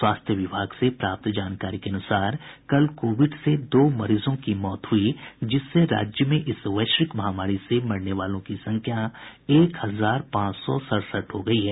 स्वास्थ्य विभाग से प्राप्त जानकारी के अनुसार कल कोविड से दो मरीजों की मौत हुई जिससे राज्य में इस वैश्विक महामारी से मरने वालों की संख्या एक हजार पांच सौ सड़सठ हो गयी है